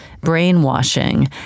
brainwashing